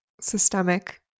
systemic